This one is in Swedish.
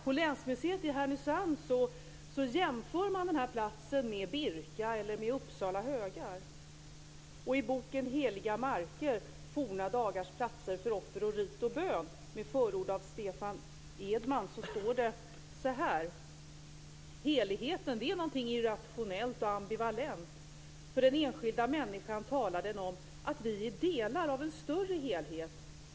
På länsmuseet i Härnösand jämför man den här platsen med Birka och med Uppsala högar, och i boken Heliga marker: forna dagars platser för offer, rit och bön med förord av Stefan Edman, står det så här: Heligheten är någonting irrationellt och ambivalent. För den enskilda människan talar den om att vi är delar av en större helhet.